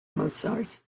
mozart